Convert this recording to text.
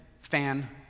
fan